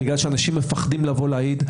בגלל שאנשים מפחדים לבוא להעיד,